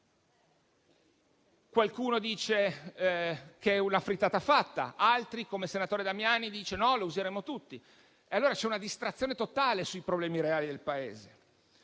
Qualcuno dice che la frittata è fatta; altri, come il senatore Damiani, dicono che useremo tutte le risorse. Allora c'è una distrazione totale sui problemi reali del Paese.